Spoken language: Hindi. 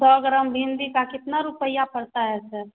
सौ ग्राम भिन्डी का कितना रुपया पड़ता है सर